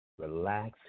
relax